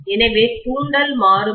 எனவே தூண்டல் மாறுபடும்